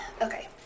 Okay